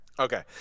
Okay